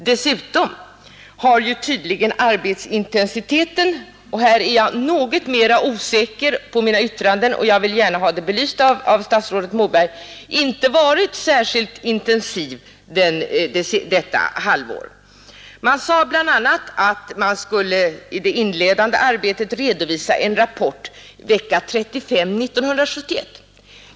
Dessutom har tydligen arbetsintensiteten — och här är jag något mera osäker på mina yttranden, och jag vill gärna ha saken belyst av statsrådet Moberg — inte varit särskilt intensiv detta halvår. Man sade bl.a. att man i det inledande arbetet skulle redovisa en rapport vecka 35 1971.